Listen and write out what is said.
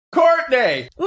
Courtney